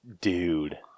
Dude